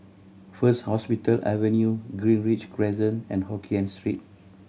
First Hospital Avenue Greenridge Crescent and Hokkien Street